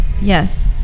Yes